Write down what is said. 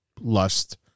lust